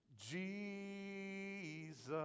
Jesus